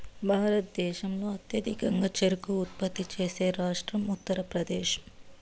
భారతదేశంలో అత్యధికంగా చెరకు ఉత్పత్తి చేసే రాష్ట్రం ఉత్తరప్రదేశ్